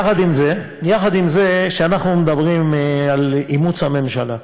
יחד עם זה, כשאנחנו מדברים על אימוץ, הממשלה,